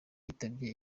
yitabye